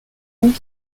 ans